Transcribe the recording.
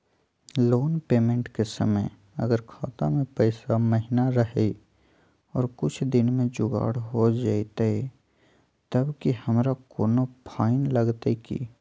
Loan payment के समय अगर खाता में पैसा महिना रहै और कुछ दिन में जुगाड़ हो जयतय तब की हमारा कोनो फाइन लगतय की?